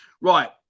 right